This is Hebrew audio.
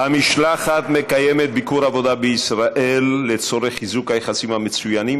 המשלחת מקיימת ביקור עבודה בישראל לצורך חיזוק היחסים המצוינים